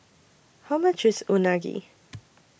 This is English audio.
How much IS Unagi